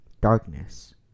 darkness